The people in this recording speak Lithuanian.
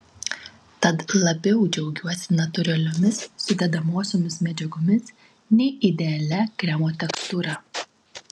tad labiau džiaugiuosi natūraliomis sudedamosiomis medžiagomis nei idealia kremo tekstūra